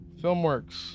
filmworks